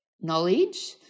knowledge